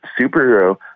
superhero